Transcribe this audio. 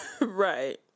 Right